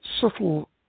subtle